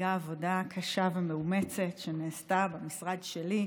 מציגה עבודה קשה ומאומצת שנעשתה במשרד שלי,